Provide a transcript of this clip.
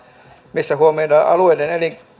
missä huomioidaan alueiden